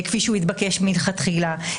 כפי שהוא התבקש מלכתחילה.